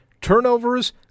Turnovers